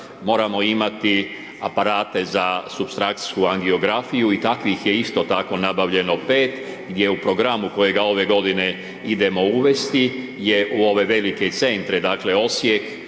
moramo imati aparate za supstrakcijsku angiografiju i takvih je isto tako nabavljeno 5 gdje u programu kojega ove godine idemo uvesti je u ove velike centre dakle Osijek,